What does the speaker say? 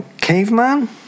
caveman